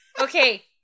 Okay